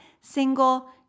single